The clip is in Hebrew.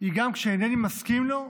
היא שגם כשאינני מסכים איתו,